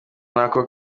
nako